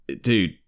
dude